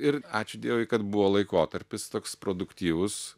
ir ačiū dievui kad buvo laikotarpis toks produktyvus